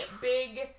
big